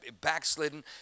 backslidden